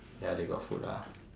ya they got food lah